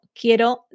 quiero